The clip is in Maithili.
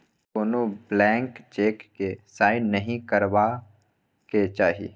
कोनो ब्लैंक चेक केँ साइन नहि करबाक चाही